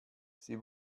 sie